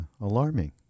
alarming